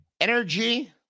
Energy